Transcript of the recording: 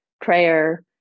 prayer